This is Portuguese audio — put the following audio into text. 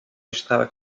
estava